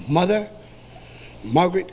mother margaret